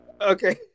okay